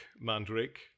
mandrake